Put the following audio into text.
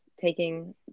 taking